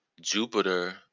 Jupiter